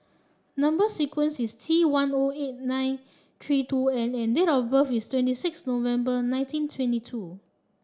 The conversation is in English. number sequence is T one O eight nine three two N and date of birth is twenty six November nineteen twenty two